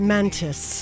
Mantis